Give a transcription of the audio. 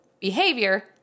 behavior